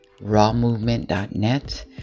rawmovement.net